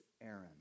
Aaron